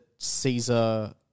Caesar